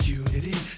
unity